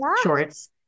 shorts